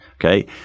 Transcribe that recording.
Okay